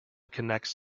connects